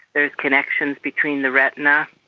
there's connections between the retina,